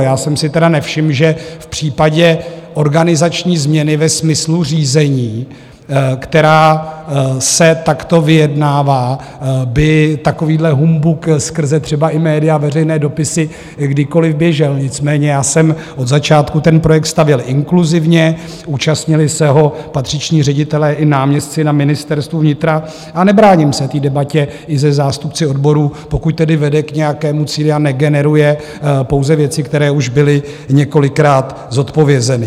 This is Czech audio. Já jsem si tedy nevšiml, že v případě organizační změny ve smyslu řízení, která se takto vyjednává, by takovýhle humbuk skrze třeba i média a veřejné dopisy kdykoliv běžel, nicméně já jsem od začátku ten projekt stavěl inkluzivně, účastnili se ho patřiční ředitelé i náměstci na Ministerstvu vnitra, a nebráním se debatě i se zástupci odborů, pokud tedy vede k nějakému cíli a negeneruje pouze věci, které už byly několikrát zodpovězeny.